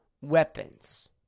weapons